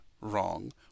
wrong